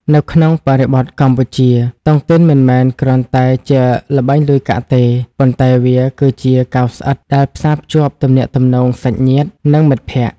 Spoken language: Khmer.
នៅក្នុងបរិបទកម្ពុជា តុងទីនមិនមែនគ្រាន់តែជាល្បែងលុយកាក់ទេ ប៉ុន្តែវាគឺជា "កាវស្អិត" ដែលផ្សារភ្ជាប់ទំនាក់ទំនងសាច់ញាតិ និងមិត្តភក្តិ។